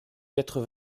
quatre